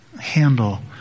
handle